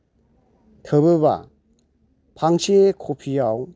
थोबोबा फांसे कपिआव